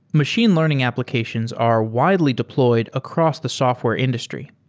machine learning applications are widely deployed across the software industry.